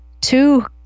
two